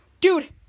Dude